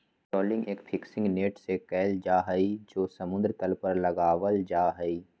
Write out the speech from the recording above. trawling एक fishing net से कइल जाहई जो समुद्र तल पर लगावल जाहई